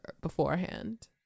beforehand